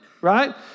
right